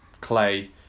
Clay